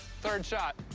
third shot.